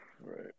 Right